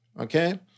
okay